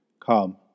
Come